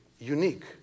unique